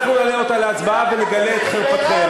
אנחנו נעלה אותה להצבעה ונגלה את חרפתכם.